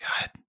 God